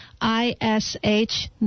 I-S-H